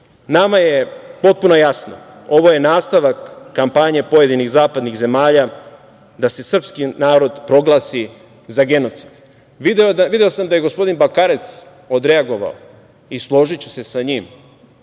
je potpuno jasno, ovo je nastavak kampanje pojedinih zapadnih zemalja da se srpski narod proglasi za genocid. Video sam da je gospodin Bakarec odreagovao, i složiću se sa njim,